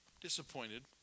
disappointed